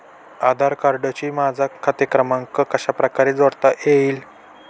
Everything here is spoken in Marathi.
आधार कार्डशी माझा खाते क्रमांक कशाप्रकारे जोडता येईल?